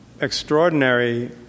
extraordinary